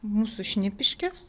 mūsų šnipiškes